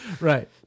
Right